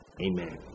amen